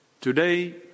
Today